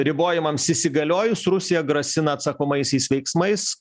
ribojimams įsigaliojus rusija grasina atsakomaisiais veiksmais